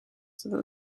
seda